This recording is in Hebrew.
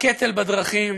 בקטל בדרכים,